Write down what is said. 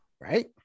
Right